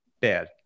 bad